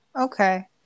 Okay